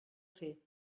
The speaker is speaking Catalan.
fer